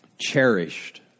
cherished